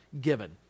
given